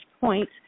Point